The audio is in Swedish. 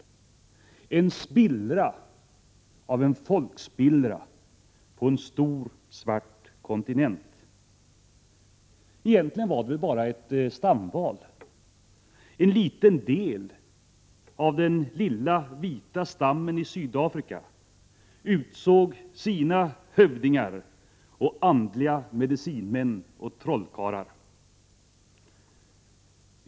Det var en spillra av en folkspillra på en stor, svart kontinent. Egentligen var det bara ett stamval. En liten del av den lilla vita stammen i Sydafrika utsåg sina hövdingar och andliga medicinmän och trollkarlar.